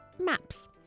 MAPS